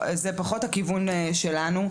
זה פחות הכיוון שלנו.